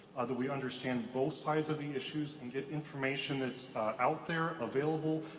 that we understand both sides of the issues and get information that's out there available,